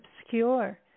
obscure